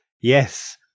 Yes